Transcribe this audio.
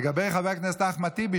לגבי חבר הכנסת אחמד טיבי,